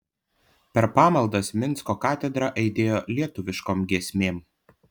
per pamaldas minsko katedra aidėjo lietuviškom giesmėm